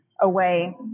away